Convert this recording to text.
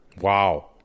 Wow